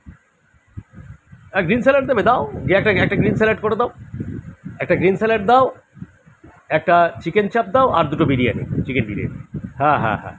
green salad দেবে দাও গে একটা একটা গ্রিন স্যালাড করে দাও একটা গ্রিন স্যালাড দাও একটা চিকেন চাপ দাও আর দুটো বিরিয়ানি চিকেন বিরিয়ানি হ্যাঁ হ্যাঁ হ্যাঁ